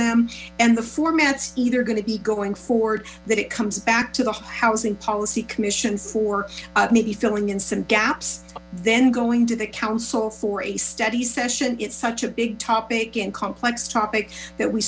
them and the formats either gonna be going forward that comes back to the housing policy commission for maybe filling in some gaps then going to the council for a study session it's such a big topic and complex topic that we